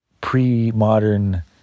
pre-modern